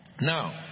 Now